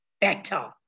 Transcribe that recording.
better